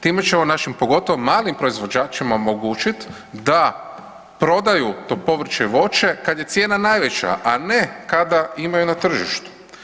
Time ćemo našim, pogotovo malim proizvođačima, omogućiti da prodaju to povrće i voće kad je cijena najveća, a ne kada imaju na tržištu.